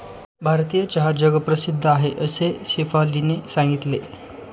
भारतीय चहा जगप्रसिद्ध आहे असे शेफालीने सांगितले